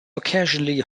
occasionally